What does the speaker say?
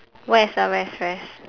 west ah west west